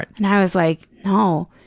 and and i was like, no,